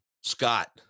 Scott